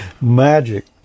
Magic